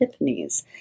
epiphanies